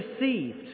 received